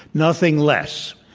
nothing less.